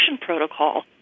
protocol